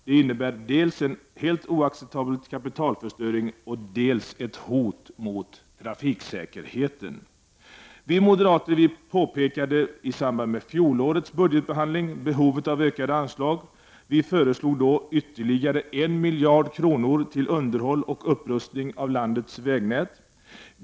Detta innebär dels en oacceptabel kapitalförstöring, dels ett hot mot trafiksäkerheten. Vid fjolårets budgetbehandling pekade vi moderater på behovet av ökade anslag. Vi föreslog då ytterligare 1 miljard kronor till underhåll och upprustning av landets vägnät.